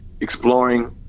exploring